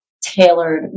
tailored